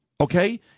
Okay